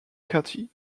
cathy